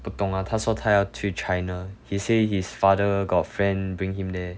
不懂 ah 他说他要去 china he said his father got friend bring him there